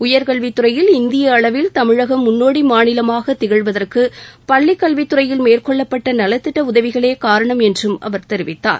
உயர்கல்வித்துறையில் இந்திய அளவில் தமிழகம் முன்னோடி மாநிலமாக திகழ்வதற்கு பள்ளிக்கல்வித்துறையில் மேற்கொள்ளப்பட்ட நலத்திட்ட உதவிகளே காரணம் என்றும் அவர் தெரிவித்தார்